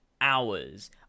hours